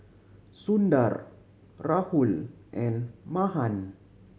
Sundar Rahul and Mahan